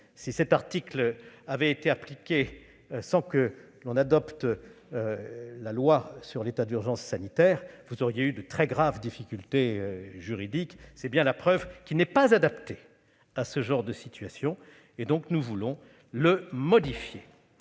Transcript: Si cet article avait été appliqué sans que l'on adopte la loi relative à l'état d'urgence sanitaire, vous auriez eu de très graves difficultés juridiques. C'est bien la preuve qu'il n'est pas adapté à ce genre de situations. Nous voulons donc le modifier.